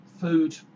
food